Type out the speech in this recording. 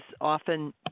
often